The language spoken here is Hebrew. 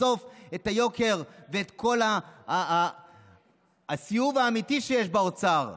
לחשוף את היוקר ואת כל הסיאוב האמיתי שיש באוצר,